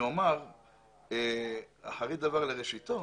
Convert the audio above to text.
ואומר אחרית דבר לראשיתו.